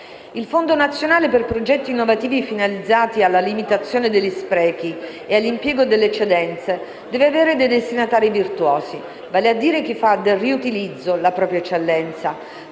Il Fondo nazionale per progetti innovativi finalizzati alla limitazione degli sprechi e all'impiego delle eccedenze deve avere dei destinatari virtuosi, ovvero chi fa del riutilizzo la propria eccellenza,